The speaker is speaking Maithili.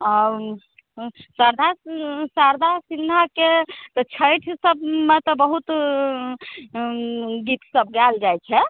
आ शारदा सिन्हाके तऽ छठि सभमे तऽ बहुत गीत सब गैल जाइ छै